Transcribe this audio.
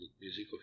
music